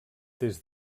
des